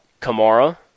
Kamara